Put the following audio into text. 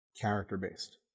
character-based